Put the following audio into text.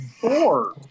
four